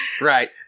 right